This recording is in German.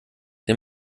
den